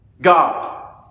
God